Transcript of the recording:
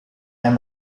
and